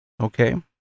Okay